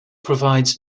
provides